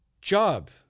job